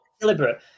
Deliberate